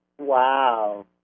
Wow